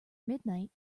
midnight